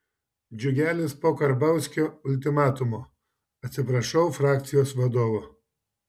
džiugelis po karbauskio ultimatumo atsiprašau frakcijos vadovo